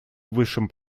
высшим